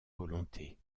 volontés